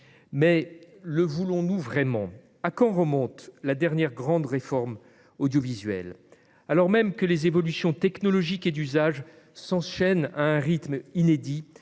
Mais le voulons-nous vraiment ? À quand remonte la dernière grande réforme audiovisuelle ? Alors même que les révolutions technologiques et d'usage s'enchaînent à un rythme inédit,